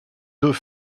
deux